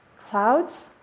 Clouds